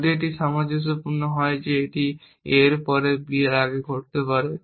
যদি এটি সামঞ্জস্যপূর্ণ হয় যে এটি a এর পরে এবং b এর আগে ঘটতে পারে